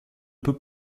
peut